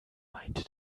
meinte